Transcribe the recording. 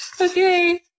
okay